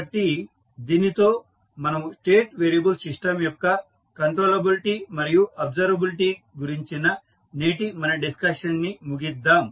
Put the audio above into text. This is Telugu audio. కాబట్టి దీనితో మనము స్టేట్ వేరియబుల్ సిస్టమ్ యొక్క కంట్రోలబిలిటీ మరియు అబ్సర్వబిలిటీ గురించిన నేటి మన డిస్కషన్ ని ముగిద్దాం